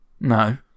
No